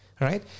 Right